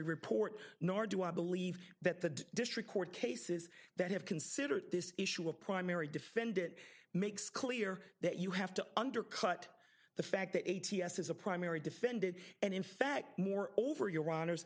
report nor do i believe that the district court cases that have considered this issue a primary defend it makes clear that you have to undercut the fact that a t s is a primary defended and in fact more over your hono